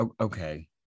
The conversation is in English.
okay